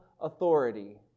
authority